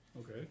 okay